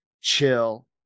chill